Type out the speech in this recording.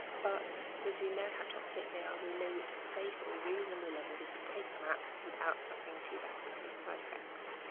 but since we know how toxic they are, we know which safe or reasonable level we can take them at without suffering too badly from the side effects.